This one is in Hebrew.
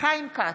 חיים כץ,